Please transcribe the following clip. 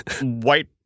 white